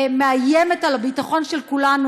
ומאיימת על הביטחון של כולנו.